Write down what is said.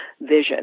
vision